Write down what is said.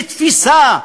לתפיסה.